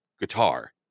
guitar